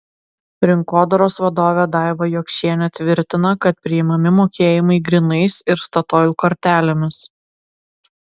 rinkodaros vadovė daiva jokšienė tvirtina kad priimami mokėjimai grynais ir statoil kortelėmis